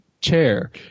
chair